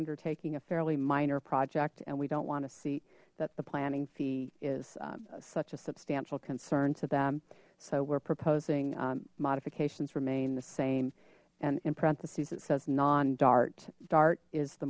undertaking a fairly minor project and we don't want to see that the planning fee is such a substantial concern to them so we're proposing modifications remain the same and in parentheses it says non dart dart is the